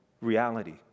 reality